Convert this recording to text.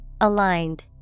Aligned